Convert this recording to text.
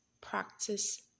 practice